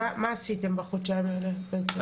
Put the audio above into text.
עשיתם בחודשיים האלה מאז החלטת הממשלה?